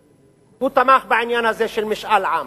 הוא תמך בעניין הזה של משאל עם.